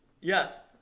Yes